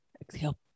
Exhale